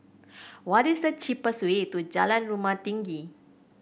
what is the cheapest way to Jalan Rumah Tinggi